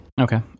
Okay